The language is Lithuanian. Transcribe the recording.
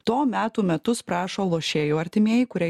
to metų metus prašo lošėjų artimieji kurie